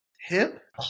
hip